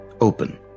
Open